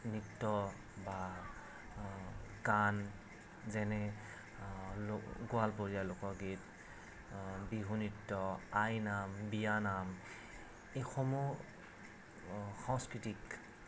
নৃত্য বা গান যেনে লোক গোৱালপৰীয়া লোকগীত বিহু নৃত্য আইনাম বিয়ানাম এইসমূহ সংস্কৃতিক